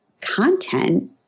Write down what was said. content